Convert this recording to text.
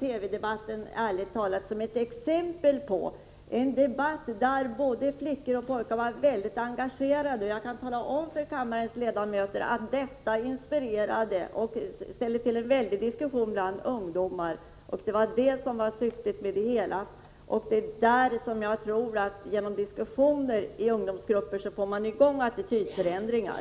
TV-debatten i programmet Ärligt talat som ett exempel på en debatt där både flickor och pojkar var mycket engagerade. Jag kan tala om för kammarens ledamöter att detta inspirerade och ställde till en väldig diskussion bland ungdomar. Det var också syftet med arrangemanget. Jag tror att det är genom diskussioner i ungdomsgrupper som man får i gång attitydförändringar.